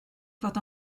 fod